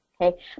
okay